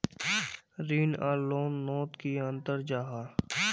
ऋण आर लोन नोत की अंतर जाहा?